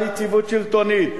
על יציבות שלטונית.